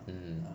mm